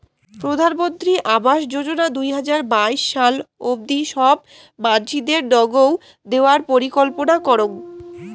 প্রধানমন্ত্রী আবাস যোজনা দুই হাজার বাইশ সাল অব্দি সব মানসিদেরনৌগউ দেওয়ার পরিকল্পনা করং